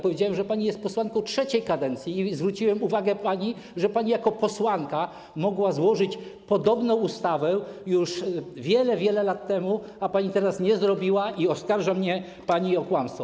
Powiedziałem, że pani jest posłanką trzecią kadencję i zwróciłem pani uwagę, że pani jako posłanka mogła złożyć podobną ustawę już wiele, wiele lat temu, a pani tego nie zrobiła i oskarża mnie pani o kłamstwo.